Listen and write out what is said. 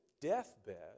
deathbed